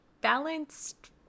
balanced